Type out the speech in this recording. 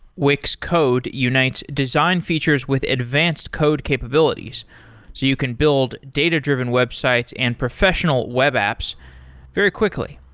wix code unites design features with advanced code capabilities, so you can build data-driven websites and professional web apps very quickly.